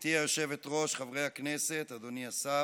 גברתי היושבת-ראש, חברי הכנסת, אדוני השר,